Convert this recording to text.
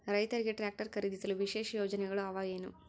ರೈತರಿಗೆ ಟ್ರಾಕ್ಟರ್ ಖರೇದಿಸಲು ವಿಶೇಷ ಯೋಜನೆಗಳು ಅವ ಏನು?